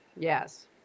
Yes